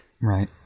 Right